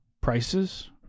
prices